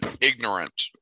ignorant